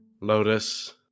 Lotus